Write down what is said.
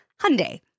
Hyundai